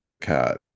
Cat